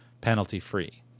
penalty-free